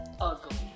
Ugly